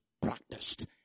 practiced